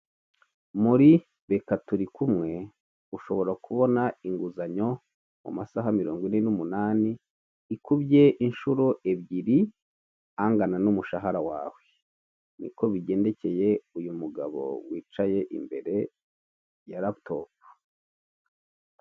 Muri BK turi kumwe ushobora kubona inguzanyo mu masaha mirongo ine n'umunani ikubye inshuro ebyiri angana n'umushahara wawe, niko bigendekeye uyu mugabo wicaye imbere ya laptop.